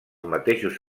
mateixos